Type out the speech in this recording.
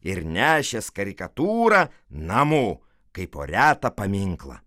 ir nešęs karikatūrą namo kaip po retą paminklą